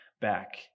back